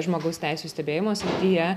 žmogaus teisių stebėjimo srityje